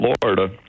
Florida